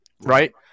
Right